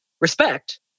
respect